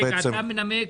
אתה מנמק?